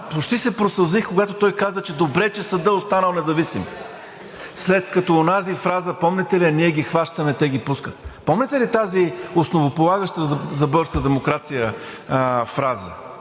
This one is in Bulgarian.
почти се просълзих, когато той каза, че добре, че съдът е останал независим. След онази фраза, помните ли я: „Ние ги хващаме, а те ги пускат!“ – помните ли тази основополагаща за българската демокрация фраза